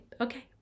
Okay